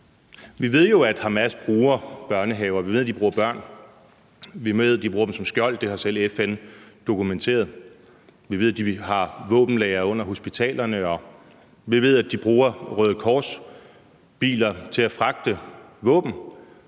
Vi ved jo, at Hamas bruger børnehaver og børn; vi ved, at de bruger dem som skjold – det har selv FN dokumenteret. Vi ved, at de har våbenlagre under hospitalerne, og vi ved, at de bruger Røde Kors-biler til at fragte våben